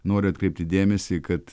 noriu atkreipti dėmesį kad